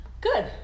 good